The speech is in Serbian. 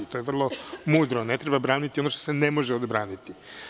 To je vrlo mudro, ne treba braniti ono što se ne može odbraniti.